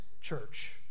church